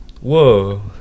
Whoa